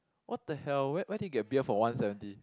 !what the hell! where where did you get beer for one seventy